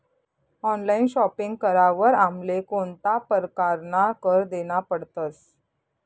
Online shopping करावर आमले कोणता परकारना कर देना पडतस?